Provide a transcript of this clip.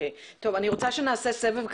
אני רוצה שנעשה סבב קצר.